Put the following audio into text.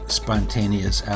spontaneous